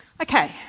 Okay